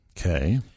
Okay